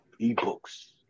eBooks